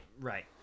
right